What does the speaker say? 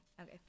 okay